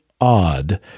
odd